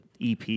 EP